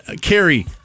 Carrie